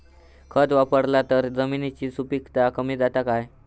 खत वापरला तर जमिनीची सुपीकता कमी जाता काय?